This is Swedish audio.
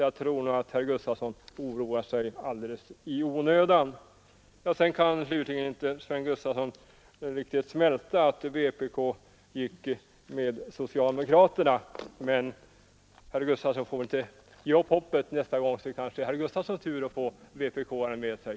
Jag tror nog att herr Gustafson oroar sig alldeles i onödan. Slutligen kan herr Gustafson inte riktigt smälta att vpk gick med socialdemokraterna. Herr Gustafson får inte ge upp hoppet. Nästa gång är det kanske herr Gustafsons tur att få vpk :are med sig.